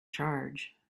charge